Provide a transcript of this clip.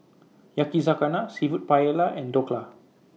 Yakizakana Seafood Paella and Dhokla